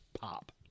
pop